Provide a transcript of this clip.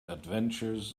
adventures